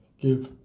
give